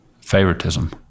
favoritism